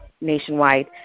nationwide